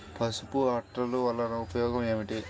పసుపు అట్టలు వలన ఉపయోగం ఏమిటి?